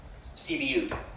CBU